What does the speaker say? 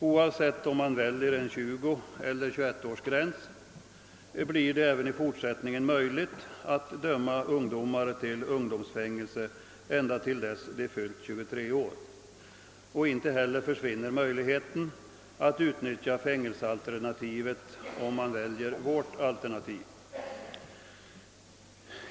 Oavsett om man väljer en 20 eller 21-årsgräns blir det även i fortsättningen möjligt att döma ungdomar till ungdomsfängelse ända till dess de fyllt 23 år. Inte heller försvinner möjligheten att utnyttja fängelsealternativet om man följer vårt förslag.